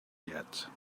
yet